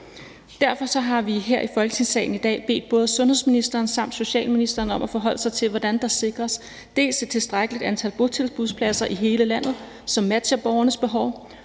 Derfor har vi bedt både sundhedsministeren om socialministeren om her i Folketingssalen i dag at forholde sig til, hvordan der sikres et tilstrækkeligt antal botilbudspladser i hele landet, som matcher borgernes behov,